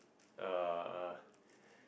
uh uh